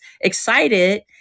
excited